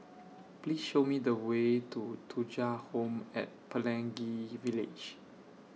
Please Show Me The Way to Thuja Home At Pelangi Village